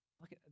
look